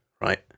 right